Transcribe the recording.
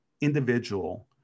individual